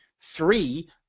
three